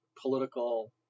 political